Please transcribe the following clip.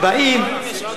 הם באים,